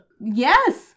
Yes